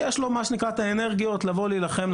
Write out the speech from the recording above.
יש לו מה שנקרא את האנרגיות לבוא להילחם,